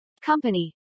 Company